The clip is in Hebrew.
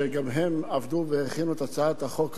שגם הם עבדו והכינו את הצעת החוק הזאת,